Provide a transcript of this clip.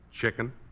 Chicken